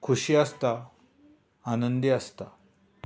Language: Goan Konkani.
खुशी आसता आनंदी आसता